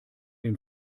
den